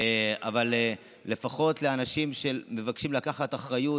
אבל לפחות אנשים שמבקשים לקחת אחריות